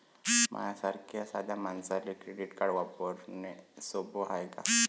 माह्या सारख्या साध्या मानसाले क्रेडिट कार्ड वापरने सोपं हाय का?